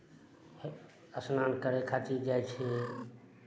हे स्नान करै खातिर जाइ छी